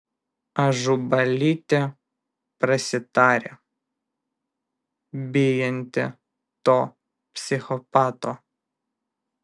ažubalytė prasitarė bijanti to psichopato